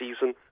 season